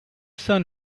sun